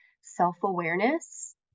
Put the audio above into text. self-awareness